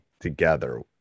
together